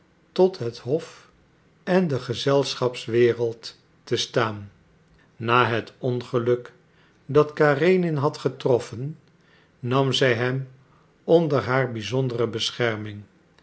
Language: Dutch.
tot het hof en de gezelschapswereld te staan na het ongeluk dat karenin had getroffen nam zij hem onder haar bizondere bescherming